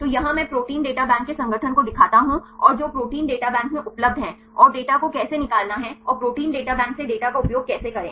तो यहाँ मैं प्रोटीन डाटा बैंक के संगठन को दिखाता हूं और जो डेटा प्रोटीन बैंक में उपलब्ध हैं और डेटा को कैसे निकालना है और प्रोटीन डेटा बैंक से डेटा का उपयोग कैसे करें